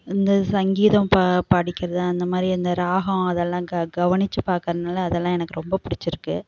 இந்த சங்கீதம் படிக்கிறது அந்தமாதிரி அந்த ராகம் அதெல்லாம் கவனித்து பாக்கிறதுனால அதெல்லாம் எனக்கு ரொம்ப பிடிச்சிருக்கு